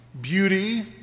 beauty